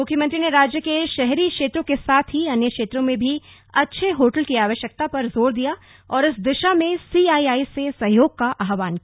मुख्यमंत्री ने राज्य के शहरी क्षेत्रों के साथ ही अन्य क्षेत्रों में भी अच्छे होटल की आवश्यकता पर जोर दिया और इस दिशा में सीआईआई से सहयोग का आह्वान किया